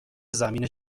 زمین